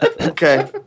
Okay